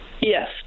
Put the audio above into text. Yes